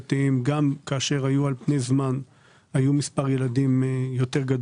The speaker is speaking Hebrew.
נדרשים להוצאה הרבה יותר גדולה.